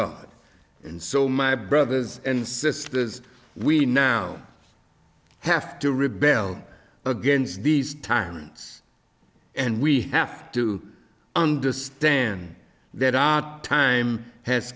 god and so my brothers and sisters we now have to rebel against these tyrants and we have to understand that i time has